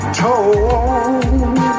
told